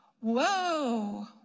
Whoa